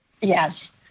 Yes